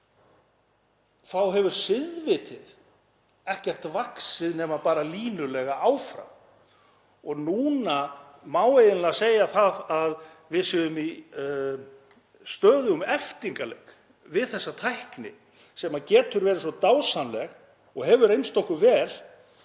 hefur siðvitið ekkert vaxið nema bara línulega áfram og núna má eiginlega segja að við séum í stöðugum eltingaleik við þessa tækni sem getur verið svo dásamlegt og hefur reynst okkur vel,